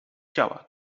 ciała